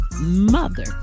mother